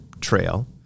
trail